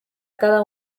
cada